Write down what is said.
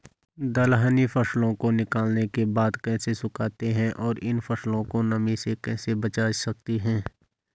दलहनी फसलों को निकालने के बाद कैसे सुखाते हैं और इन फसलों को नमी से कैसे बचा सकते हैं?